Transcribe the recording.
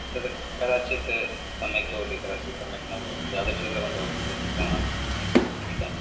तद् कदाचित् सम्यक् भवति कदाचित् सम्यक् न भवति तादृशं सर्वं भवति तद् कारणं गीतम्